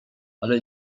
ale